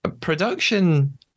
Production